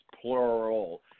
plural